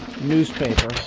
Newspaper